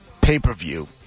pay-per-view